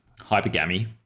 hypergamy